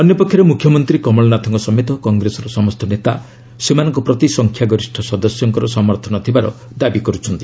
ଅନ୍ୟପକ୍ଷରେ ମୁଖ୍ୟମନ୍ତ୍ରୀ କମଳନାଥଙ୍କ ସମେତ କଂଗ୍ରେସର ସମସ୍ତ ନେତା ସେମାନଙ୍କ ପ୍ରତି ସଂଖ୍ୟାଗରିଷ୍ଠ ସଦସ୍ୟଙ୍କ ସମର୍ଥନ ଥିବାର ଦାବି କର୍ରଛନ୍ତି